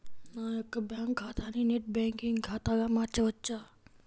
నా యొక్క బ్యాంకు ఖాతాని నెట్ బ్యాంకింగ్ ఖాతాగా మార్చవచ్చా?